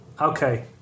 Okay